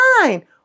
fine